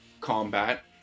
combat